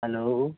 hello